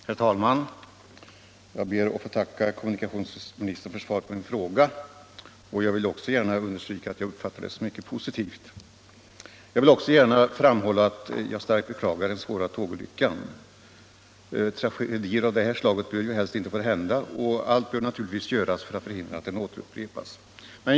Herr talman! Jag ber att få tacka kommunikationsministern för svaret på min fråga, och jag vill också gärna understryka att jag uppfattade det som mycket positivt. Jag vill även gärna framhålla att jag djupt beklagar den svåra tågolyckan. Tragedier av det slaget borde helst inte få hända, och allt bör naturligtvis göras för att förhindra ett upprepande.